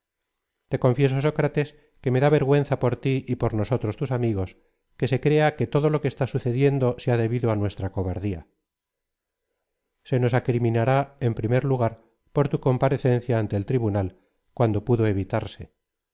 te confieso sócrates que me da vergüenza por ti y por nosotros tus amigos que se crea que todo lo que está sucediendo se ha debido á nuestra cobardía se nos acriminará en primer lugar por tu comparecencia ante el tribunal cuando pudo evitarse